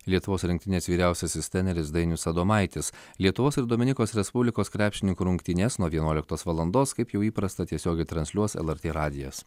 lietuvos rinktinės vyriausiasis treneris dainius adomaitis lietuvos ir dominikos respublikos krepšininkų rungtynes nuo vienuoliktos valandos kaip jau įprasta tiesiogiai transliuos lrt radijas